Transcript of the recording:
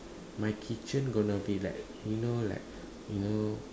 my kitchen going to be like you know like you know